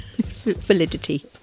Validity